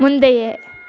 முந்தைய